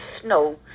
snow